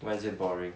why is it boring